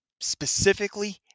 specifically